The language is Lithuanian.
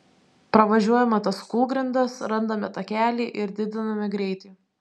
pravažiuojame tas kūlgrindas randame takelį ir didiname greitį